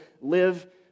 live